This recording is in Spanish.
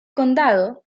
condado